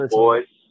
boys